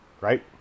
Right